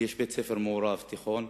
כי בית-הספר התיכון מעורב,